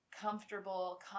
comfortable